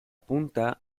punta